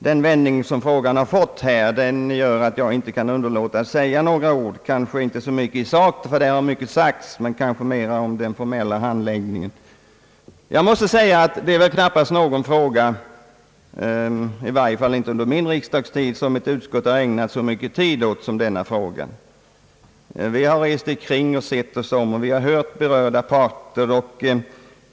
Den vändning som frågan har fått här gör att jag inte kan underlåta att säga några ord, kanske inte så mycket i sakfrågan — ty där har mycket anförts — utan mera om den formella handläggningen. Knappast någon fråga — i varje fall inte under tid jag har varit i riksdagen — har ett utskott ägnat så mycken tid åt. Vi har rest ikring och sett oss om samt hört berörda parter.